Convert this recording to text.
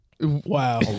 Wow